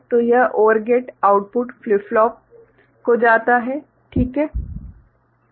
तो यह OR gate output flip flop को जाता है ठीक है